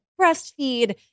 breastfeed